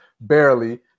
barely